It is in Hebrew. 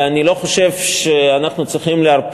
ואני לא חושב שהיעדר משא-ומתן צריך לרפות